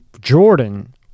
Jordan